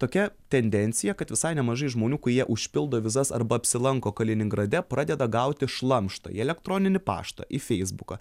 tokia tendencija kad visai nemažai žmonių kurie užpildo vizas arba apsilanko kaliningrade pradeda gauti šlamštą į elektroninį paštą į feisbuką